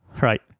Right